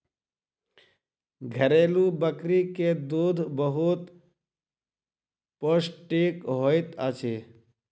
घरेलु बकरी के दूध बहुत पौष्टिक होइत अछि